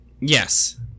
Yes